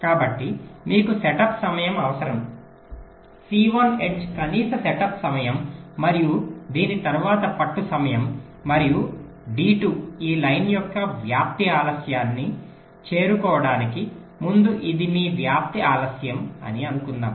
కాబట్టి మీకు సెటప్ సమయం అవసరం సి1 ఎడ్జ్ కనీస సెటప్ సమయం మరియు దీని తర్వాత పట్టు సమయం మరియు డి2 ఈ లైన్ యొక్క వ్యాప్తి ఆలస్యాన్ని చేరుకోవడానికి ముందు ఇది మీ వ్యాప్తి ఆలస్యం అని అనుకుందాం